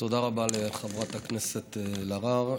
תודה רבה לחברת הכנסת אלהרר.